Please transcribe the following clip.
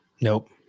nope